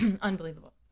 Unbelievable